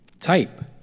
Type